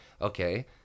okay